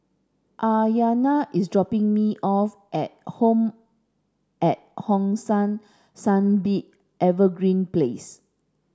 Aryanna is dropping me off at Home at Hong San Sunbeam Evergreen Place